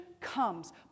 comes